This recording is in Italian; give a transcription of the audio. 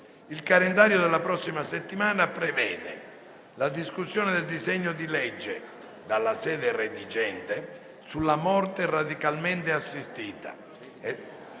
Il calendario della prossima settimana prevede la discussione del disegno di legge, dalla sede redigente, sulla morte medicalmente assistita